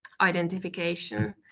identification